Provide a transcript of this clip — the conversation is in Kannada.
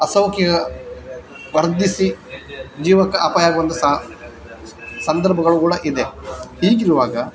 ಅಸೌಖ್ಯ ವರ್ಧಿಸಿ ಜೀವಕ್ಕೆ ಅಪಾಯ ಆಗುವಂಥ ಸಂದರ್ಭಗಳು ಕೂಡ ಇದೆ ಹೀಗಿರುವಾಗ